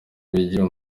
bigira